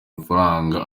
amafaranga